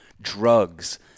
Drugs